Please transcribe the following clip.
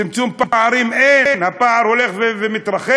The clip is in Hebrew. צמצום פערים, אין, הפער הולך ומתרחב.